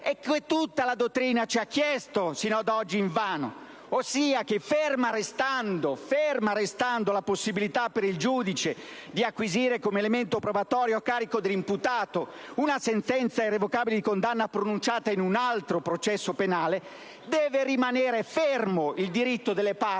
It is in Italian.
che tutta la dottrina ha chiesto al legislatore, sino ad oggi invano: ossia che, ferma restando la possibilità del giudice di acquisire come elemento probatorio a carico dell'imputato una sentenza irrevocabile di condanna pronunciata in un altro processo penale, deve rimanere fermo il diritto delle parti